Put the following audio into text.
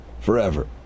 forever